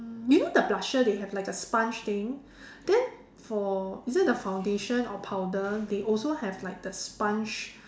you know the blusher they have like a sponge thing then for is it the foundation or powder they also have like the sponge